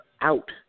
out